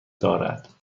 دارد